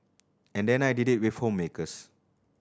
and then I did it with homemakers